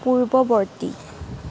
পূৰ্ৱৱৰ্তী